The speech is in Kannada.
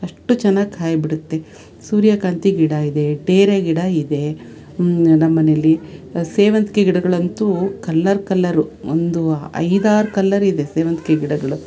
ಅಷ್ಟು ಚೆನ್ನಾಗಿ ಕಾಯಿ ಬಿಡುತ್ತೆ ಸೂರ್ಯಕಾಂತಿ ಗಿಡ ಇದೆ ಡೇರೆ ಗಿಡ ಇದೆ ನಮ್ಮ ಮನೆಲ್ಲಿ ಸೇವಂತಿಗೆ ಗಿಡಗಳಂತೂ ಕಲ್ಲರ್ ಕಲ್ಲರು ಒಂದು ಐದಾರು ಕಲ್ಲರ್ ಇದೆ ಸೇವಂತಿಗೆ ಗಿಡಗಳು